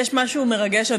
יש משהו מרגש,